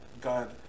God